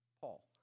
Paul